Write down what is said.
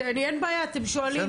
אין בעיה, אתם שואלים